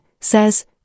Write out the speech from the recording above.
says